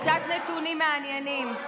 קצת נתונים מעניינים.